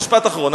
משפט אחרון.